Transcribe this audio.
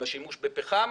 בשימוש בפחם.